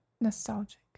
nostalgic